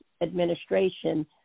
administration